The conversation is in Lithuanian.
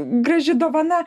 graži dovana